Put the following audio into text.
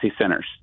centers